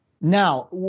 Now